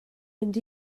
mynd